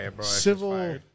civil